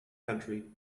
country